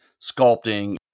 sculpting